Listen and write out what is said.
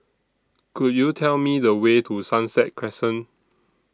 Could YOU Tell Me The Way to Sunset Crescent